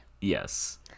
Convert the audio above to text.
Yes